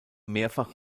mehrfach